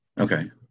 Okay